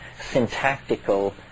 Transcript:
syntactical